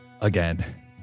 again